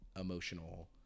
emotional